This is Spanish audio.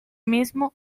mismo